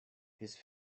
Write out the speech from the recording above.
his